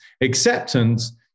Acceptance